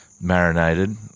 marinated